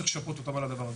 צריך לשפות אותם על הדבר הזה.